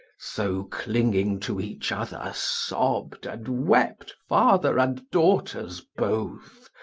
so clinging to each other sobbed and wept father and daughters both,